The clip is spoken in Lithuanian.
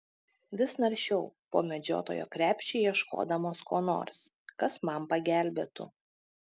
vis naršiau po medžiotojo krepšį ieškodamas ko nors kas man pagelbėtų